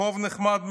רחוב נחמד מאוד,